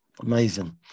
amazing